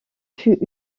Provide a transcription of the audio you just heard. fut